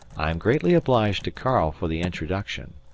i am greatly obliged to karl for the introduction,